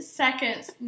seconds